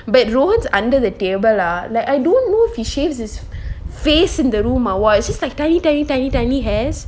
but rowen under the table lah like I don't know he shaves his face in the room or what just like tiny tiny tiny tiny hairs